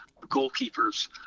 goalkeepers